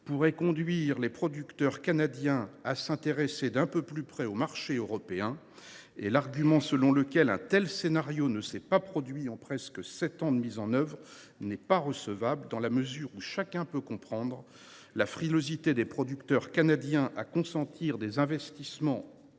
pourrait conduire les producteurs canadiens à s’intéresser d’un peu plus près au marché européen. L’argument selon lequel un tel scénario ne s’est pas produit en presque sept ans de mise en œuvre n’est pas recevable : chacun peut comprendre la frilosité des producteurs canadiens à consentir des investissements